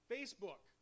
Facebook